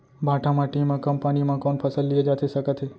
भांठा माटी मा कम पानी मा कौन फसल लिए जाथे सकत हे?